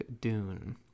Dune